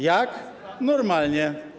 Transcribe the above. Jak? Normalnie.